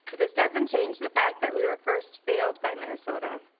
but this doesn't change the fact that we were first failed by minnesota.